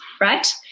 Right